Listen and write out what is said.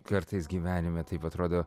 kartais gyvenime taip atrodo